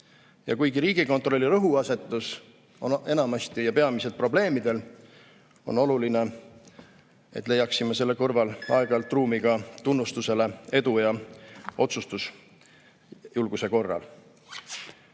Ja kuigi Riigikontrolli rõhuasetus on enamasti ja peamiselt probleemidel, on oluline, et leiaksime selle kõrval aeg-ajalt ruumi ka tunnustusele edu ja otsustusjulguse korral.